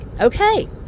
okay